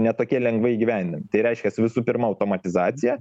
ne tokie lengvai įgyvendint tai reiškias visų pirma automatizacija